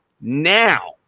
now